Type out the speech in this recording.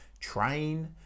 train